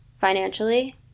financially